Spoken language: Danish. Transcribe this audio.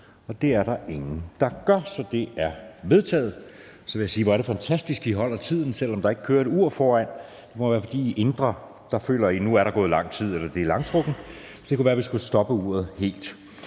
jeg det som vedtaget. Det er vedtaget. Så vil jeg sige, at hvor er det fantastisk, at I holder tiden, selv om der ikke kører et ur foran, men det må være, fordi I i det indre føler, at der nu er gået lang tid, eller at det er langtrukkent, så det kunne være, vi skulle stoppe uret helt.